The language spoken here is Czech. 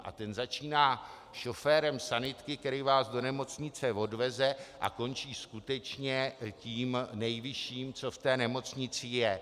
A ten začíná šoférem sanitky, který vás do nemocnice odveze, a končí skutečně tím nejvyšším, co v té nemocnici je.